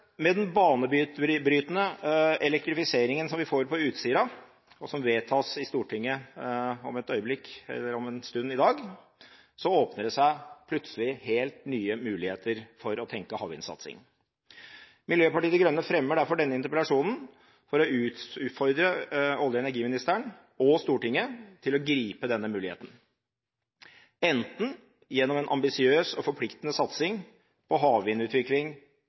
Med den banebrytende elektrifiseringen vi får på Utsira, som vedtas i Stortinget om et øyeblikk – eller om en stund – i dag, åpner det seg plutselig helt nye muligheter for å tenke havvindsatsing. Miljøpartiet De Grønne fremmer derfor denne interpellasjonen for å utfordre olje- og energiministeren og Stortinget til å gripe denne muligheten, enten gjennom en ambisiøs og forpliktende satsing på havvindutvikling